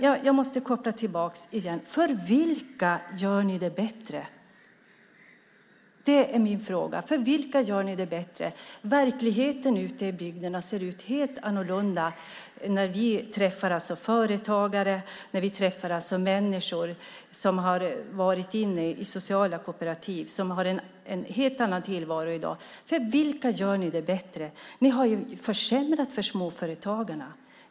Jag måste koppla tillbaka igen. För vilka gör ni det bättre? Det är min fråga. För vilka gör ni det bättre? Verkligheten ser helt annorlunda ut ute i bygderna när vi träffar företagare och människor som har varit inne i sociala kooperativ och har en helt annan tillvaro i dag. För vilka gör ni det bättre? Ni har ju försämrat för småföretagarna.